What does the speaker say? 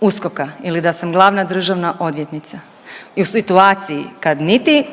USKOK-a ili da sam glavna državna odvjetnica i u situaciji kad niti